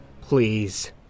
Please